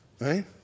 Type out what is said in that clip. Right